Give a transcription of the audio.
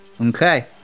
Okay